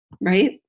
Right